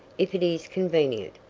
if it is convenient?